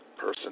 person